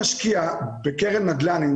בדוגמה שאם לצורך העניין אותה קרן נדל"ן גם